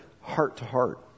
heart-to-heart